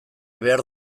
behar